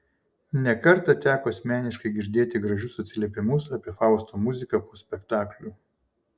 ne kartą teko asmeniškai girdėti gražius atsiliepimus apie fausto muziką po spektaklių